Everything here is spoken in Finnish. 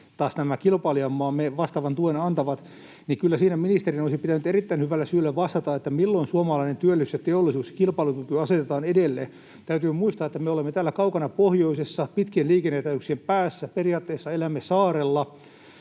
taas nämä kilpailijamaamme vastaavan tuen antavat. Kyllä siinä ministerin olisi pitänyt erittäin hyvällä syyllä vastata, milloin suomalainen työllisyys ja teollisuus ja kilpailukyky asetetaan edelle. Täytyy muistaa, että me olemme täällä kaukana pohjoisessa, pitkien liikenneyhteyksien päässä. Periaatteessa elämme saarella